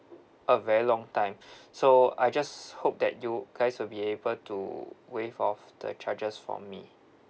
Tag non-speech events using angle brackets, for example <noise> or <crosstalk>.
a very long time <breath> so I just hope that you guys will be able to waive off the charges for me